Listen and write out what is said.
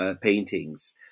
Paintings